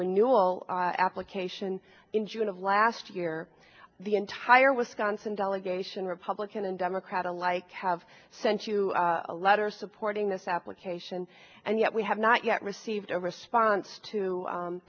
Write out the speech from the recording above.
renewal application in june of last year the entire wisconsin delegation republican and democrat alike have sent you a letter supporting this application and yet we have not yet received a response